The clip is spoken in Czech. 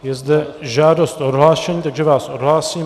Je zde žádost o odhlášení, takže vás odhlásím.